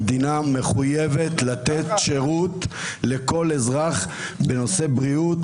המדינה מחויבת לתת שירות לכל אזרח בנושא בריאות,